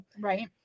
Right